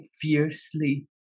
fiercely